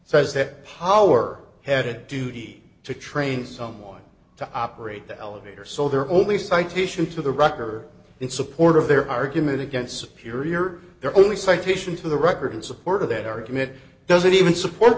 says that power head duty to train someone to operate the elevator so they're only citation to the record in support of their argument against superior their only citation to the record in support of that argument doesn't even support